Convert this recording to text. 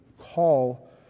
call